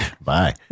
Bye